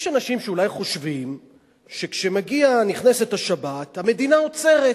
יש אנשים שאולי חושבים שכאשר נכנסת השבת המדינה עוצרת,